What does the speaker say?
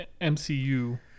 mcu